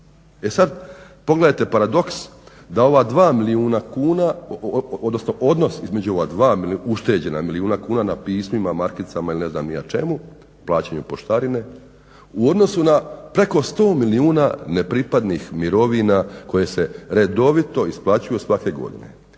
kuna, odnosno odnos između ova ušteđena 2 milijuna kuna na pismima, markicama ili ne znam ni ja čemu, plaćanju poštarine, u odnosu na preko 100 milijuna nepripadnih mirovina koje se redovito isplaćuju svake godine.